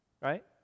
Right